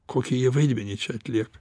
kokį jie vaidmenį čia atlieka